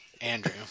Andrew